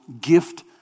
gift